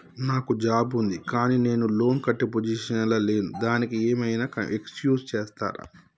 నాకు జాబ్ ఉంది కానీ నేను లోన్ కట్టే పొజిషన్ లా లేను దానికి ఏం ఐనా ఎక్స్క్యూజ్ చేస్తరా?